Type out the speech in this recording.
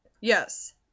Yes